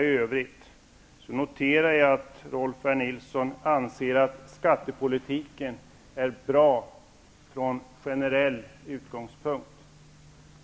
I övrigt noterar jag att Rolf L. Nilson anser att skattepolitiken är bra från generell utgångspunkt.